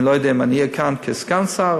אני לא יודע אם אני אהיה כאן כסגן שר,